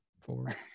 four